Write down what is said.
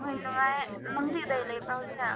ꯍꯣꯏ ꯅꯨꯡꯉꯥꯏ ꯅꯪꯗꯤ ꯀꯗꯥꯏ ꯂꯩꯕ꯭ꯔꯥ ꯍꯧꯖꯤꯛ ꯀꯥꯟ